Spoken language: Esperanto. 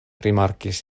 rimarkigis